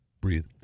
Breathe